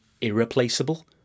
irreplaceable